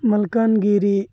Malkangiri